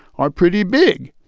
are pretty big.